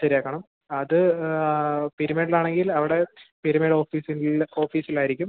ശരിയാക്കണം അത് പീര്മേട്ടിലാണെങ്കിൽ അവിടെ പീര്മേടോഫീസിൽ ഓഫീസിലായിരിക്കും